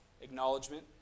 acknowledgement